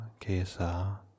Kesa